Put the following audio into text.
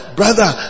brother